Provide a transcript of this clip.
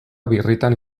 birritan